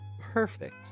perfect